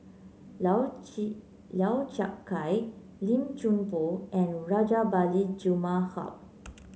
Lau Chiap Khai Lim Chuan Poh and Rajabali Jumabhoy